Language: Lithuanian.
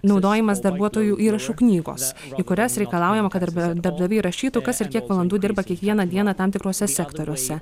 naudojimas darbuotojų įrašų knygos į kurias reikalaujama kad darbe darbdaviai rašytų kas ir kiek valandų dirba kiekvieną dieną tam tikruose sektoriuose